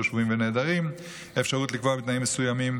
שבויים ונעדרים ואפשרות לקבוע בתנאים מסוימים